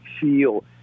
feel